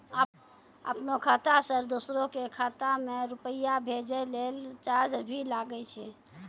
आपनों खाता सें दोसरो के खाता मे रुपैया भेजै लेल चार्ज भी लागै छै?